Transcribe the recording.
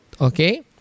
Okay